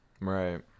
right